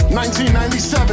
1997